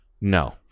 no